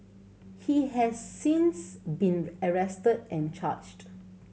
he has since been arrested and charged